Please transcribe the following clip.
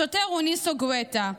השוטר הוא ניסו גואטה.